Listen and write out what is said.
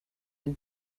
and